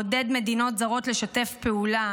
מעודדת מדינות זרות לשתף פעולה